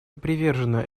привержена